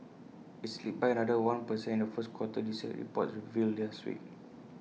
IT slipped by another one per cent in the first quarter this year reports revealed last week